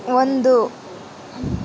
ಒಂದು